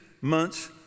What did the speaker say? months